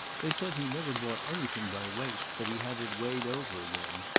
they said he never bought anything by weight but he had it weighed over again,